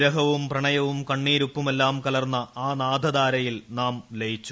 വിരഹവും പ്രണയവും കണ്ണീരുപ്പുമെല്ലാം കലർന്ന ആ നാദ ധാരയിൽ നാം ലയിച്ചു